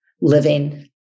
living